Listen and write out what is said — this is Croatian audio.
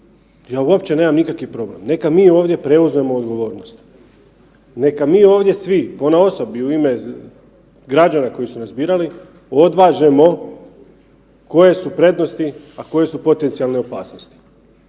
Ja uopće nemam nikakvi problem. Neka mi ovdje preuzmemo odgovornost, neka mi ovdje svi ponaosob i u ime građana koji su nas birali odvažemo koje su prednosti, a koje su potencijalne opasnosti,